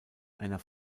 einer